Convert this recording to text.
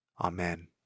Amen